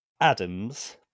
Adam's